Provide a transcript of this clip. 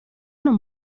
non